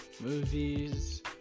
movies